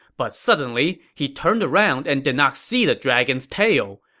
but suddenly, he turned around and did not see the dragon's tail.